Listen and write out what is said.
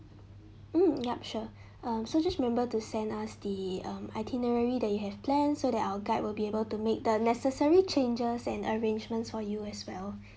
mm yup sure um so just remember to send us the um itinerary that you have plan so that our guide will be able to make the necessary changes and arrangements for you as well